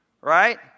Right